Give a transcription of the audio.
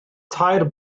tair